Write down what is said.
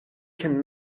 can